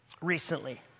recently